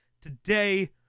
Today